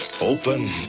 Open